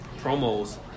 promos